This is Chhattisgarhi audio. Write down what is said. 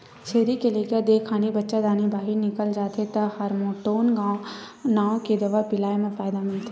छेरी के लइका देय खानी बच्चादानी बाहिर निकल जाथे त हारमोटोन नांव के दवा पिलाए म फायदा मिलथे